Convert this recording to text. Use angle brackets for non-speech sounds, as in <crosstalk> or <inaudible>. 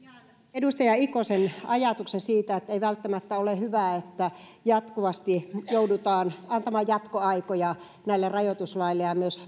edustaja ikosen ajatuksen siitä ettei välttämättä ole hyvä että jatkuvasti joudutaan antamaan jatkoaikoja näille rajoituslaille ja myös <unintelligible>